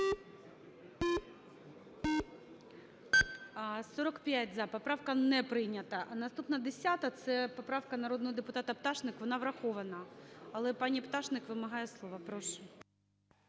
За-45 Поправка не прийнята. Наступна 10-а. Це поправка народного депутата Пташник, вона врахована. Але пані Пташник вимагає слова. Прошу.